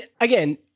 again